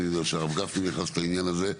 הרב גפני נכנס לעניין הזה.